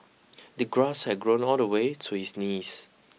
the grass had grown all the way to his knees